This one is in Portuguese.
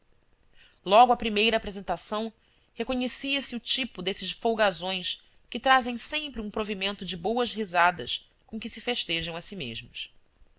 logo à primeira apresentação reconhecia se o tipo desses folgazões que trazem sempre um provimento de boas risadas com que se festejam a si mesmos